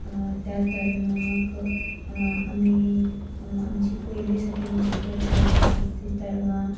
त्या तरंगांक आमी आमची पयली साकून अशी प्रता आसा की तीं तरंगां